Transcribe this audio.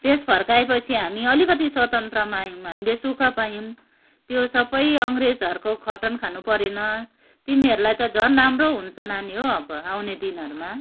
देश फर्काएपछि हामी अलिकति स्वतन्त्रमा आयौँ हामीले सुख पायौँ त्यो सबै अङ्ग्रेजहरूको खटन खानु परेन तिमीहरूलाई त झन राम्रो हुन्छ नानी हो अब आउने दिनहरूमा